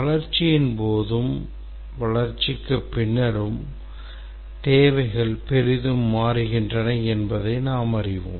வளர்ச்சியின் போதும் வளர்ச்சிக்கு பின்னரும் தேவைகள் பெரிதும் மாறுகின்றன என்பதை நாம் அறிவோம்